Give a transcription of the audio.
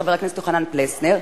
חבר הכנסת יוחנן פלסנר,